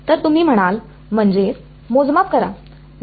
तर तुम्ही म्हणाल म्हणजे मोजमाप करा